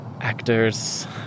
actors